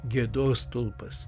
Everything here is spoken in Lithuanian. gėdos stulpas